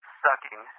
sucking